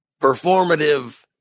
performative